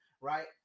Right